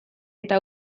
eta